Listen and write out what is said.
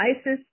ISIS